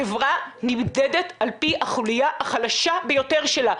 חברה נמדדת על פי החוליה החלשה ביותר שלה,